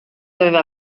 aveva